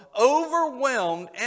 overwhelmed